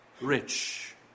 rich